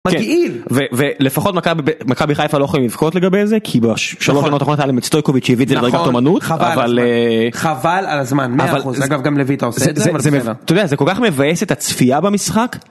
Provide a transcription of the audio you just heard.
ו ולפחות מכבי חיפה לא יכולים לבכות לגבי זה, כי בשלוש עונות האחרונות היה להם את סטויקוביץ' שהביא את זה לדרגת אומנות -נכון, נכון -אבל אה... -חבל חבל חבל על הזמן 100% -אגב גם לויט היה עושה את זה? אתה יודע זה כל כך מבאס את הצפייה במשחק